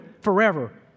forever